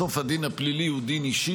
בסוף הדין הפלילי הוא דין אישי,